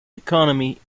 economy